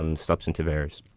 um substantive errors.